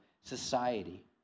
society